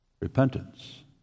Repentance